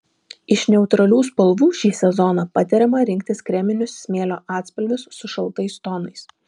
iš neutralių spalvų šį sezoną patariama rinktis kreminius smėlio atspalvius su šaltais tonais